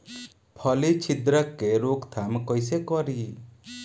फली छिद्रक के रोकथाम कईसे करी?